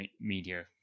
media